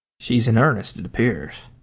she's in earnest, it appears.